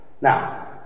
Now